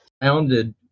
founded